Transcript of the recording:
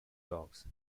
dogs